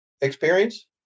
experience